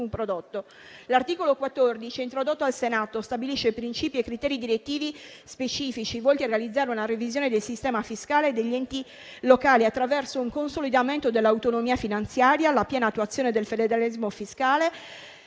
prodotto. L'articolo 14, introdotto al Senato, stabilisce principi e criteri direttivi specifici volti a realizzare una revisione del sistema fiscale degli enti locali attraverso un consolidamento dell'autonomia finanziaria; la piena attuazione del federalismo fiscale,